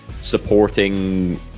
supporting